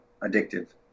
addictive